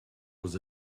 was